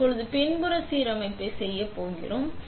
நாம் இப்போது ஒரு பின்புற சீரமைப்பு செய்ய போகிறோம்